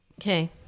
Okay